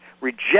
reject